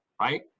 right